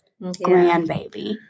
grandbaby